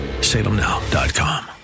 salemnow.com